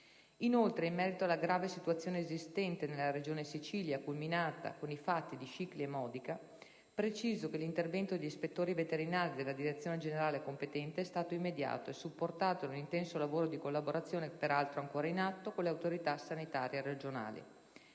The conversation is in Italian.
Inoltre, in merito alla grave situazione esistente nella Regione Sicilia, culminata con i fatti di Scicli e Modica, preciso che l'intervento degli ispettori veterinari della direzione generale competente è stato immediato e supportato da un intenso lavoro di collaborazione, peraltro ancora in atto, con le autorità sanitarie regionali.